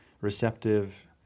receptive